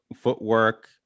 Footwork